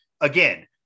again